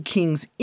King's